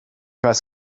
weiß